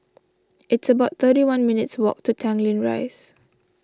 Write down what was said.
it's about thirty one minutes' walk to Tanglin Rise